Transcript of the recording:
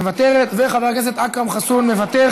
מוותרת, חבר הכנסת אכרם חסון, מוותר.